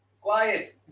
Quiet